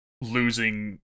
losing